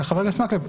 חבר הכנסת מקלב,